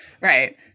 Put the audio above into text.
Right